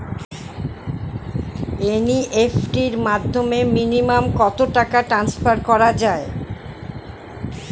NEFT র মাধ্যমে minimum কত টাকা ট্রান্সফার করা যায়?